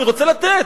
אני רוצה לתת.